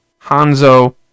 Hanzo